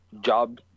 job